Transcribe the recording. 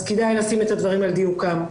אז כדאי לשים את הדברים על דיוקם.